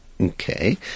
okay